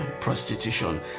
prostitution